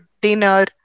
dinner